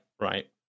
right